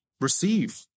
receive